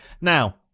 now